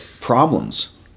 problems